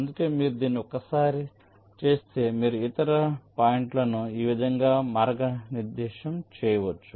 అందుకే మీరు దీన్ని ఒకసారి చేస్తే మీరు ఇతర పాయింట్లను ఈ విధంగా మార్గనిర్దేశం చేయవచ్చు